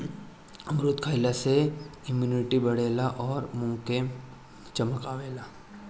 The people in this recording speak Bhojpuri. अमरूद खइला से इमुनिटी बढ़ेला अउरी मुंहे पे चमक आवेला